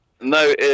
no